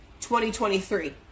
2023